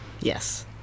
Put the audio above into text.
yes